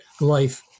life